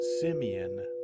Simeon